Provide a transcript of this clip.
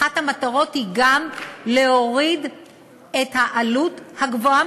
אחת המטרות היא גם להוריד את העלות הגבוהה